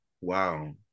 Wow